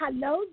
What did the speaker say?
Hello